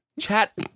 chat